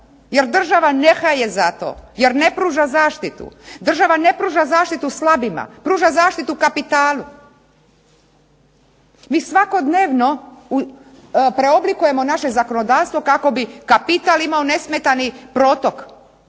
Jer država ne haje zato, jer ne pruža zaštitu. Država ne pruža zaštitu slabima, pruža zaštitu kapitalu. Mi svakodnevno preoblikujemo naše zakonodavstvo kako bi kapital imao nesmetani protok,